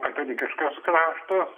katalikiškas kraštas